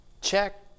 check